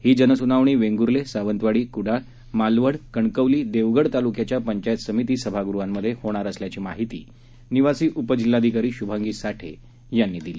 ही जनस्नावणी वेंगूर्ले सावंतवाडी क्डाळ मालवण कणकवली देवगड ताल्क्याच्या पंचायत समिती सभागृहांमध्ये होणार असल्याची माहिती निवासी उपजिल्हाधिकारी श्भांगी साठे यांनी दिली